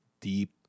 deep